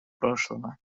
прошлого